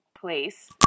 place